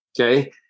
Okay